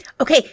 Okay